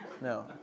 No